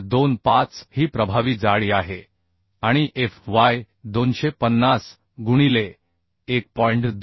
25 ही प्रभावी जाडी आहे आणि fy 250 गुणिले 1